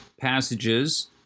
passages